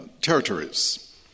territories